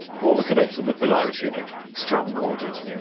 call the cadets of the polaris unit, strong ordered.